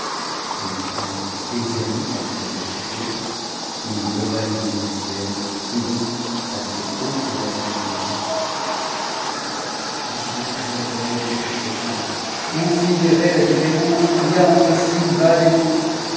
prit aigri par ses rénexions it leva les yeux au ciel et dit assez haut pour ètre entendu puissant créateur de toutes choses considérez la différence qu'il y a entre sindbad et moi